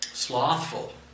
Slothful